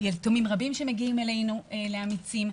ויתומים רבים שמגיעים אלינו לאמיצים,